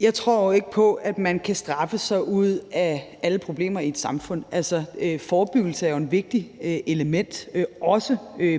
Jeg tror ikke på, at man kan straffe sig ud af alle problemer i et samfund. Altså, forebyggelse er et vigtigt element, også